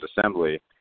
assembly